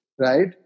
right